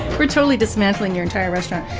we're totally dismantling your entire restaurant